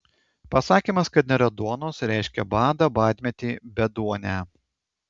pasakymas kad nėra duonos reiškė badą badmetį beduonę